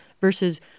versus